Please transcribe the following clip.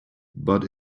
but